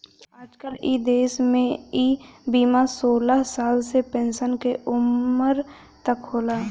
आजकल इ देस में इ बीमा सोलह साल से पेन्सन क उमर तक होला